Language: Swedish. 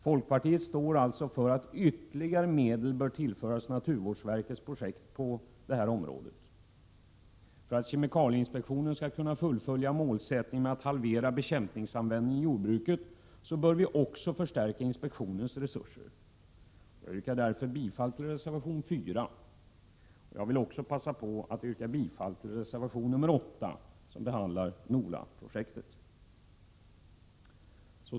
Folkpartiet står alltså för att ytterligare medel bör tillföras naturvårdsverkets projekt på området. För att kemikalieinspektionen skall kunna fullfölja målsättningen att halvera bekämpningsanvändningen i jordbruket bör vi också förstärka inspektionens resurser. Så jag yrkar bifall till reservation 4. Jag vill också passa på att yrka bifall till reservation 8, som handlar om NOLA-projektet.